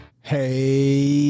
hey